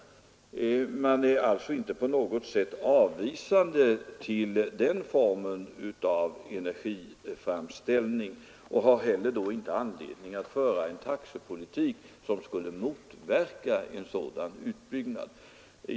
Vattenfall är alltså inte på något sätt avvisande till den formen av energiframställning och har heller inte anledning att föra en taxepolitik som skulle motverka en sådan utbyggnad.